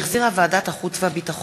שהחזירה ועדת החוץ והביטחון,